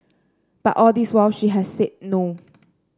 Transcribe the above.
but all this while she has said no